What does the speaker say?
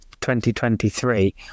2023